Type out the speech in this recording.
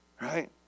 Right